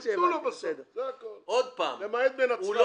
יתנו לו בסוף, זה הכול, למעט בנצרת ששם אין בעיה.